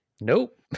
nope